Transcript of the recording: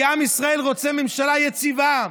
כי עם ישראל רוצה ממשלה יציבה,